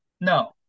No